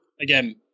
again